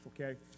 okay